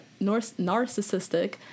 narcissistic